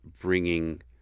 bringing